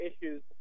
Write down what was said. issues